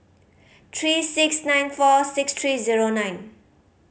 three six nine four six three zero nine